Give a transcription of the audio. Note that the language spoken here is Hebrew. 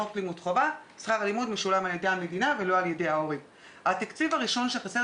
יש כאלה הורים שרוצים